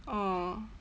oh